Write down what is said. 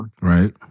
Right